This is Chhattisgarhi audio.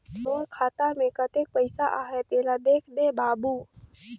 मोर खाता मे कतेक पइसा आहाय तेला देख दे बाबु?